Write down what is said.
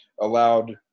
allowed